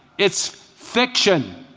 it's fiction.